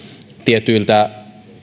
tietyiltä